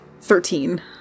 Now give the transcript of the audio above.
Thirteen